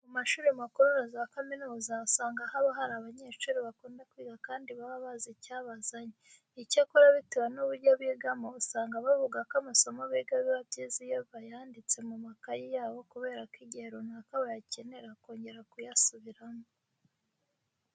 Mu mashuri makuru na za kaminuza usanga haba hari abanyeshuri bakunda kwiga kandi baba bazi icyabazanye. Icyakora bitewe n'uburyo bigamo, usanga bavuga ko amasomo biga biba byiza iyo bayanditse mu makayi yabo kubera ko igihe runaka bakenera kongera kuyasubiramo.